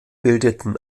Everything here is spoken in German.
bildeten